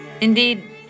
Indeed